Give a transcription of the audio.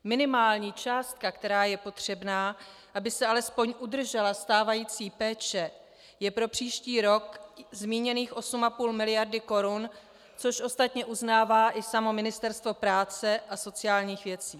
Minimální částka, která je potřebná, aby se alespoň udržela stávající péče, je pro příští rok zmíněných 8,5 mld. korun, což ostatně uznává i samo Ministerstvo práce a sociálních věcí.